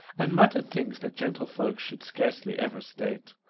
and muttered things that gentle folks should scarcely ever state,